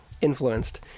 influenced